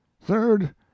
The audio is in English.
third